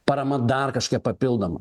parama dar kažkokia papildomai